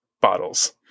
bottles